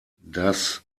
das